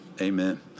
amen